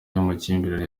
y’amakimbirane